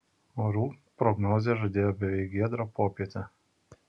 orų prognozė žadėjo beveik giedrą popietę